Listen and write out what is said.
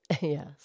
Yes